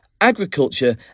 agriculture